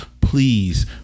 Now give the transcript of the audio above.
please